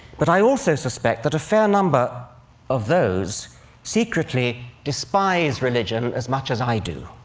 but i also suspect that a fair number of those secretly despise religion as much as i do.